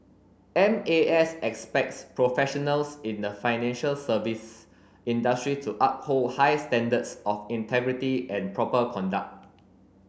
M A S expects professionals in the financial service industry to uphold high standards of integrity and proper conduct